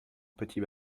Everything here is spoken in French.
petit